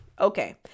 Okay